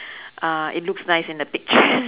uh it looks nice in the pictures